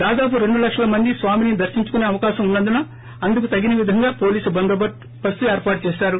దాదాపు రెండు లక్షల మంది స్వామిని దర్శించుకునే అవకాశం ఉన్న ందున అందుకు తగిన విధంగా పోలీసు బందోబస్తు ఏర్పాటు చేశారు